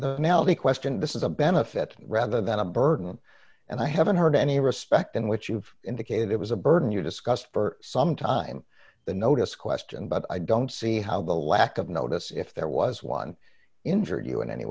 the now the question this is a benefit rather than a burden and i haven't heard any respect in which you've indicated it was a burden you discussed for some time the notice question but i don't see how the lack of notice if there was one injured you in any